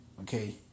Okay